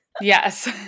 Yes